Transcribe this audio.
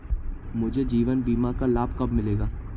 मुझे जीवन बीमा का लाभ कब मिलेगा?